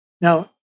Now